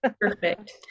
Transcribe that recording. Perfect